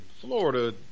Florida